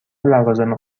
لوازم